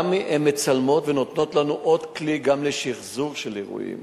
גם הן מצלמות ונותנות לנו עוד כלי גם לשחזור של אירועים.